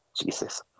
Jesus